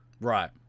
right